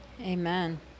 Amen